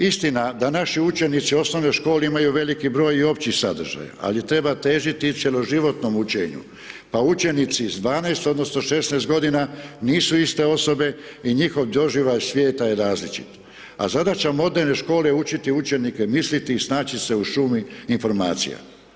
Istina da naši učenici u osnovnoj školi imaju veliki broj i općih sadržaja, ali treba težiti cijelo životom učenju, pa učenici s 12 odnosno 16 godina nisu iste osobe i njihov doživljaj svijeta je različit, a zadaća moderne škole je učiti učenike misliti i snaći se u šumi informacija.